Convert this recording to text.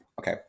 okay